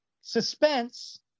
suspense